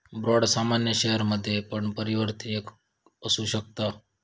bond सामान्य शेयरमध्ये पण परिवर्तनीय असु शकता